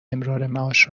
امرارمعاش